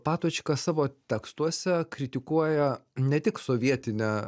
patočka savo tekstuose kritikuoja ne tik sovietinę